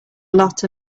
lot